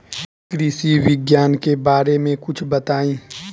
कृषि विज्ञान के बारे में कुछ बताई